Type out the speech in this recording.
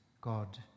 God